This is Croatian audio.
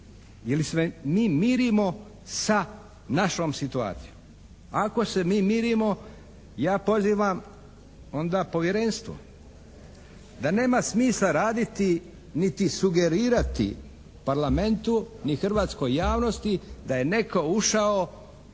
se mi mirimo sa našom situacijom? Ako se mi mirimo ja pozivam onda Povjerenstvo da nema smisla raditi niti sugerirati Parlamentu ni hrvatskoj javnosti da je netko ušao